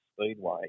Speedway